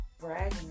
bragging